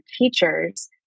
teachers